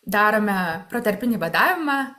darome protarpinį badavimą